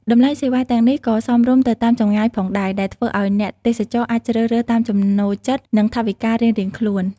តម្លៃសេវាទាំងនេះក៏សមរម្យទៅតាមចម្ងាយផងដែរ ដែលធ្វើឲ្យអ្នកទេសចរអាចជ្រើសរើសតាមចំណូលចិត្តនិងថវិការៀងៗខ្លួន។